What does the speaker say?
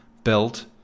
belt